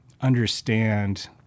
understand